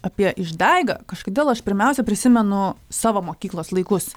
apie išdaigą kažkodėl aš pirmiausia prisimenu savo mokyklos laikus